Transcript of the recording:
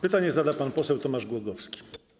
Pytanie zada pan poseł Tomasz Głogowski.